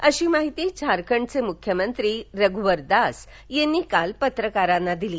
अशी माहिती झारखंडचे मूख्यमंत्री रघूवर दास यांनी काल पत्रकारांना दिली